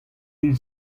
int